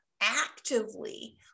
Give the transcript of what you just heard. actively